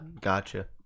gotcha